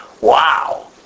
Wow